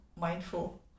mindful